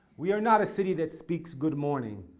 we are not a city that speaks good morning.